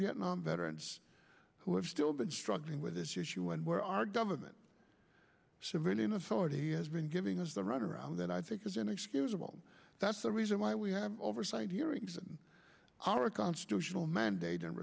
vietnam veterans who have still been struggling with this issue and where our government civilian authority has been giving us the run around that i think is inexcusable that's the reason why we have oversight hearings and our constitutional mandate and